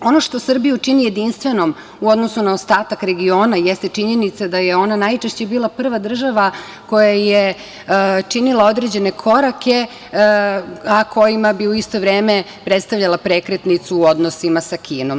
Ono što Srbiju čini jedinstvenom u odnosu na ostatak regiona jeste činjenica da je ona najčešće bila prva država koja je činila određene korake, a kojima bi u isto vreme predstavljala prekretnicu u odnosima sa Kinom.